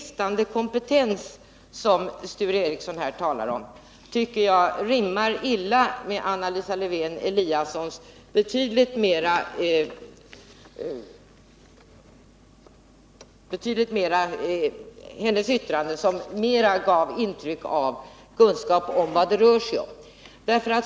Sture Ericsons tal om bristande kompetens rimmar illa med Anna Lisa Lewén-Eliassons yttrande, som gav ett intryck av mer kunskap.